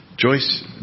Joyce